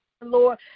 Lord